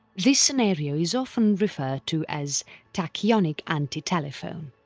this scenario is often referred to as tachyonic antitelephone.